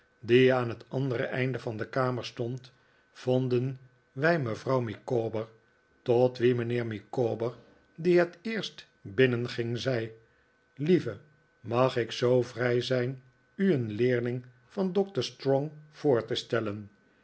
aan het aridere einde van de kamer stond vonden wij inevrouw micawber tot wie mijnheer micawber die het eerst binnenging zei lieve mag ik zoo vrij zijn u een leerling van doctor strong voor te stellen